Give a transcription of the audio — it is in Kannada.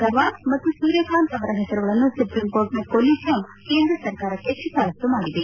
ಗವಾಯ್ ಮತ್ತು ಸೂರ್ಯಕಾಂತ್ ಅವರ ಹೆಸರುಗಳನ್ನು ಸುಪ್ರೀಂಕೋರ್ಟ್ನ ಕೊಲಿಜಿಯಂ ಕೇಂದ್ರ ಸರ್ಕಾರಕ್ಕೆ ಶಿಫಾರಸ್ತು ಮಾಡಿದೆ